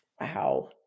Wow